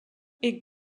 est